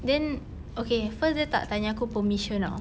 then okay first dia tak tanya aku permission [tau]